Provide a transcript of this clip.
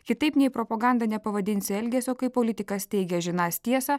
kitaip nei propoganda nepavadinsi elgesio kai politikas teigia žinantis tiesą